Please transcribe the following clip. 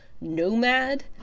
nomad